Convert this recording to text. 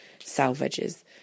salvages